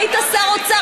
היית שר אוצר.